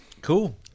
Cool